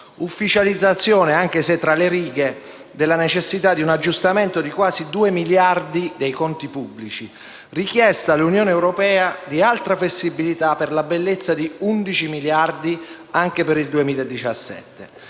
ufficializzazione - anche se tra le righe - della necessità di un aggiustamento di quasi 2 miliardi dei conti pubblici; richiesta all'Unione europea di altra flessibilità, per la bellezza di 11 miliardi di euro, anche per il 2017.